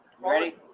Ready